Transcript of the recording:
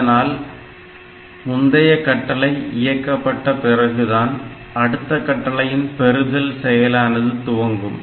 இதனால் முந்தய கட்டளை இயக்கப்பட்ட பிறகுதான் அடுத்த கட்டளையின் பெறுதல் செயலானது துவங்கும்